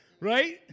Right